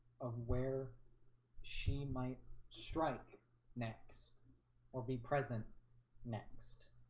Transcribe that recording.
of where she might strike next or be present next